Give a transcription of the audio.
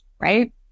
right